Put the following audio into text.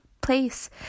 place